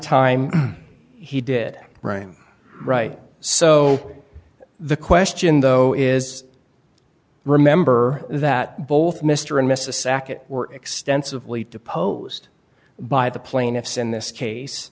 time he did right i'm right so the question though is remember that both mr and mrs sackett were extensively deposed by the plaintiffs in this case